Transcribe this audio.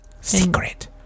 Secret